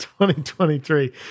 2023